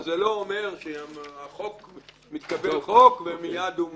זה לא אומר שמתקבל חוק ומיד הוא מופעל,